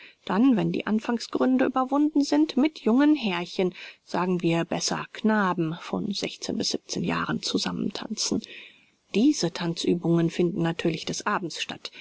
dann wenn die anfangsgründe überwunden sind mit jungen herrchen sagen wir besser knaben von jahren zusammen tanzen diese tanzübungen finden natürlich des abends statt